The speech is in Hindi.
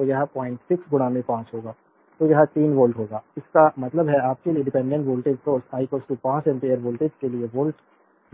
तो यह 06 5 होगा तो यह 3 वोल्ट होगा इसका मतलब है आपके लिए dependent voltage source I 5 ampere voltage के लिए वोल्ट